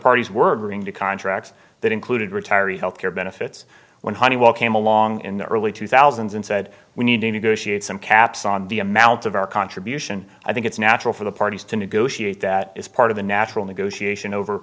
parties were going to contract that included retiree health care benefits when honeywell came along in the early two thousand and said we need to negotiate some caps on the amount of our contribution i think it's natural for the parties to negotiate that is part of the natural negotiation over